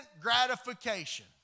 gratification